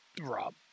Rob